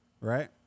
right